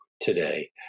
today